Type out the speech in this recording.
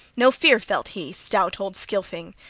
no fear felt he, stout old scylfing,